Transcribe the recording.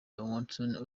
lewandowski